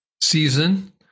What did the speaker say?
season